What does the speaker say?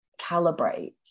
calibrate